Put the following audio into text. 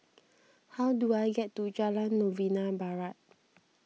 how do I get to Jalan Novena Barat